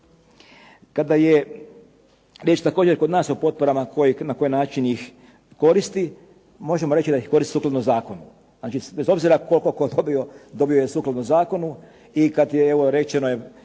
Kada je riječ također kod nas o potporama na koji način ih koristi, možemo reći da ih koristi sukladno zakonu. Znači, bez obzira koliko tko dobio, dobio je sukladno zakonu i kad je evo